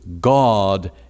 God